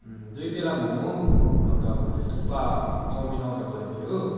दुई पेला मोमो अन्त मैले थुक्पा चाउमिन अर्डर गरेको थिएँ हो